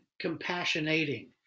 compassionating